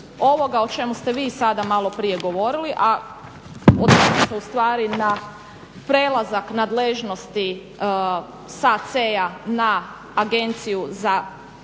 ovoga o čemu ste vi sada maloprije govorili, a odnosi se u stvari na prelazak nadležnosti sa CEI-a na Agenciju za pravni